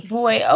boy